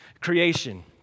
Creation